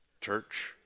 Church